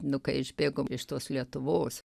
nu kai išbėgom iš tos lietuvos